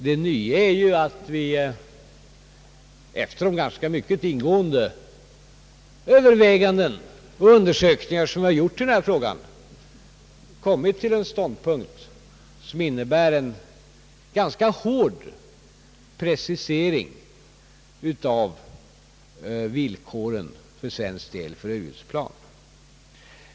Det nya är att vi efter de ganska ingående överväganden och undersökningar som gjorts har kommit till en ståndpunkt, som innebär en ganska hård precisering av de svenska villkoren för överljudsplan.